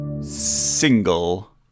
Single